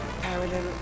Parallel